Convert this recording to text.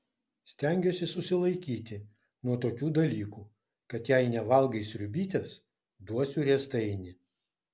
stengiuosi susilaikyti nuo tokių dalykų kad jei nevalgai sriubytės duosiu riestainį